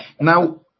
Now